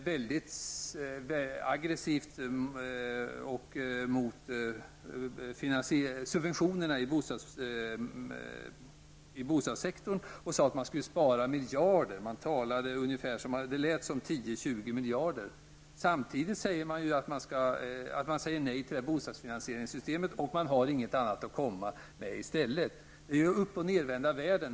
De talade aggressivt emot subventionerna i bostadssektorn och hävdade att miljarder skulle sparas. Det lät som 10 eller 20 miljarder. Samtidigt sade de nej till bostadsfinansieringssystemet och hade inget annat att komma med i stället. Detta är uppochnedvända världen!